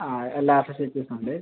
ആ എല്ലാ ഫെസിലിറ്റീസും ഉണ്ട്